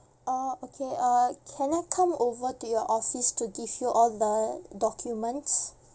orh okay uh can I come over to your office to give you all the documents